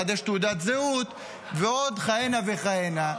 לחדש תעודת זהות ועוד כהנה וכהנה.